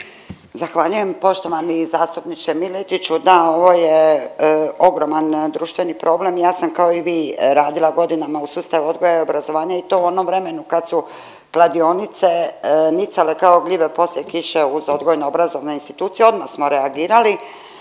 Zahvaljujem. Poštovani zastupniče Miletiću, da, ovo je ogroman društveni problem. Ja sam kao i vi radila godinama u sustavu odgoja i obrazovanja i to u onom vremenu kad su kladionice nicale kao gljive poslije kiše uz odgojno obrazovne institucije, odmah smo reagirali.